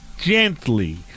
gently